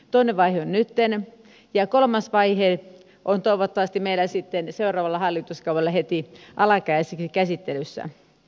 toinen vaihe on nytten ja kolmas vaihe on toivottavasti meillä sitten seuraavalla hallituskaudella heti sen alkaessa käsittelyssä